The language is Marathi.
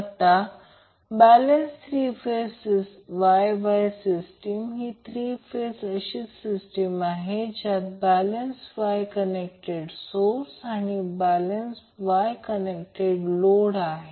आता balance 3 phase Y Y system ही थ्री फेज अशी सिस्टीम आहे ज्यात बॅलेन्स Y कनेक्टेड सोर्स आणि बॅलेन्स Y कंनेक्टेड लोड आहे